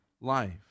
life